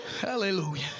Hallelujah